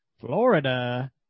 Florida